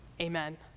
Amen